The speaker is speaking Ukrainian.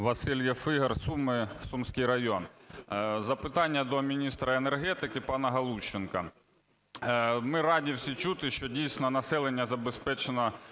Васильєв Ігор, Суми, Сумський район. Запитання до міністра енергетики пана Галущенка. Ми раді всі чути, що, дійсно, населення забезпечено